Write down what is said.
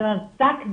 זאת אומרת, פסק דין,